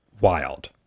Wild